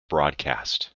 broadcast